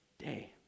day